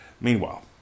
Meanwhile